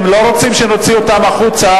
אם לא רוצים שנוציא החוצה,